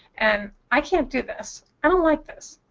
and i can't do this. i don't like this.